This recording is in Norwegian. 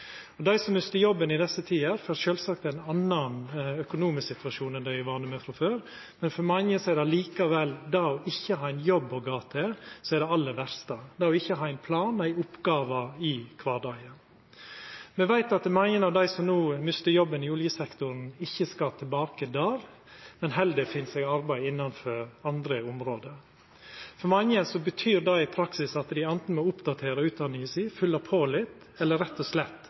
Dei som mistar jobben i desse tider, får sjølvsagt ein annan økonomisk situasjon enn dei er vande med frå før, men for mange er det likevel det ikkje å ha ein jobb å gå til og ikkje å ha ein plan eller ei oppgåve i kvardagen som er det aller verste. Me veit at mange av dei som no mistar jobben i oljesektoren, ikkje skal tilbake dit, men at dei heller finn seg arbeid innanfor andre område. For mange betyr det i praksis at dei anten må oppdatera utdanninga si og fylla på litt, eller at dei rett og slett